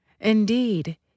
Indeed